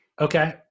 Okay